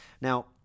Now